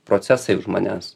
procesai už manęs